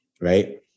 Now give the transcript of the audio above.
right